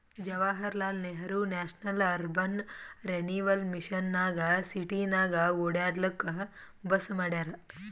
Jawaharlal Nehru national urban renewal mission ನಾಗ್ ಸಿಟಿನಾಗ್ ಒಡ್ಯಾಡ್ಲೂಕ್ ಬಸ್ ಮಾಡ್ಯಾರ್